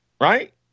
Right